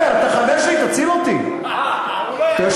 לך תבדוק, אתה לא יודע.